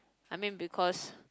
I mean because